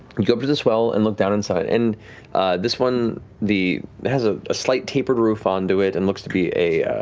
go up to this well and look down inside. and this one has ah a slight tapered roof onto it and looks to be a